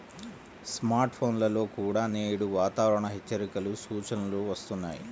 smart ఫోన్లలో కూడా నేడు వాతావరణ హెచ్చరికల సూచనలు వస్తున్నాయి